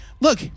Look